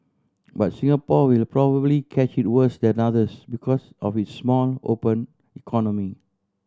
but Singapore will probably catch it worse than others because of its small open economy